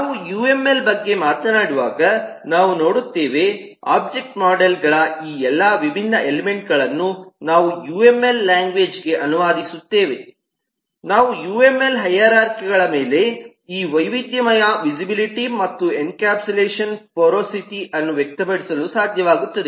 ನಾವು ಯುಎಂಎಲ್ ಬಗ್ಗೆ ಮಾತನಾಡುವಾಗ ನಾವು ನೋಡುತ್ತೇವೆ ಒಬ್ಜೆಕ್ಟ್ ಮೋಡೆಲ್ಗಳ ಈ ಎಲ್ಲಾ ವಿಭಿನ್ನ ಎಲಿಮೆಂಟ್ಗಳನ್ನು ನಾವು ಯುಎಂಎಲ್ ಲ್ಯಾಂಗ್ವೇಜ್ಗೆ ಅನುವಾದಿಸುತ್ತೇವೆ ನಾವು ಯುಎಂಎಲ್ ಹೈರಾರ್ಖಿಗಳ ಮೇಲೆ ಈ ವೈವಿಧ್ಯಮಯ ವಿಸಿಬಿಲಿಟಿ ಮತ್ತು ಎನ್ಕ್ಯಾಪ್ಸುಲೇಷನ್ ಪೊರೊಸಿಟಿ ಅನ್ನು ವ್ಯಕ್ತಪಡಿಸಲು ಸಾಧ್ಯವಾಗುತ್ತದೆ